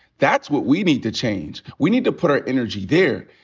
that's what we need to change. we need to put our energy there.